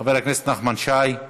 חבר הכנסת נחמן שי,